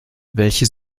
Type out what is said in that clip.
welche